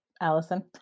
Allison